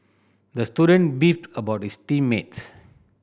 the student beefed about his team mates